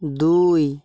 দুই